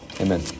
amen